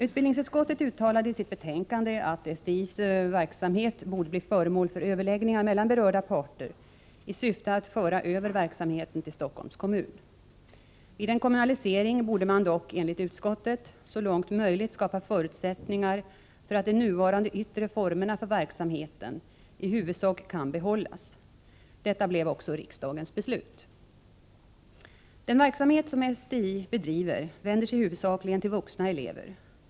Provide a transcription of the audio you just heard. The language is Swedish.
Utbildningsutskottet uttalade i sitt betänkande att STI:s verksamhet borde bli föremål för överläggningar mellan berörda parter i syfte att föra över verksamheten till Stockholms kommun. Vid en kommunalisering borde man dock enligt utskottet så långt möjligt skapa förutsättningar för att de nuvarande yttre formerna för verksamheten i huvudsak kan behållas. Detta blev också riksdagens beslut . Den verksamhet som STI bedriver vänder sig huvudsakligen till vuxna elever.